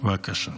הרצנו, בבקשה.